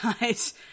guys